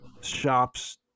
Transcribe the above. shops